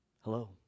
hello